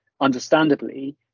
understandably